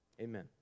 Amen